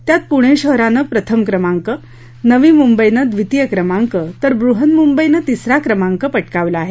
त्यात पुणे शहरानं प्रथम क्रमांक नवी मुंबईनं द्वितीय क्रमांक तर वृहन्मुंबईनं तिसरा क्रमांक पटकावला आहे